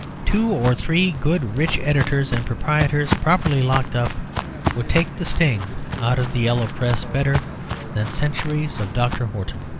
two or three good rich editors and proprietors properly locked up would take the sting out of the yellow press better than centuries of dr. horton.